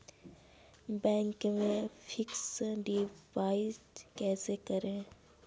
Bank में fix deposit कैसे करें?